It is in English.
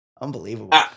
Unbelievable